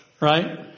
right